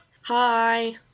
Hi